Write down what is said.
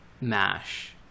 mash